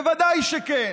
בוודאי שכן.